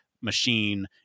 machine